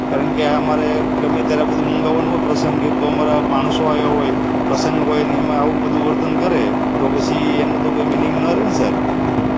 કારણ કે અમારે ગમે ત્યારે આ બધું મગાવાનું હોય પ્રસંગે તો અમારા માણસો આવ્યા હોય પ્રસંગ હોય અને એમાં આવું બધું વર્તન કરે તો પછી એનું તો કોઈ મીનિંગ ના રહે ને સાહેબ